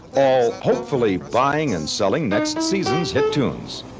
all hopefully buying and selling next season's hit tunes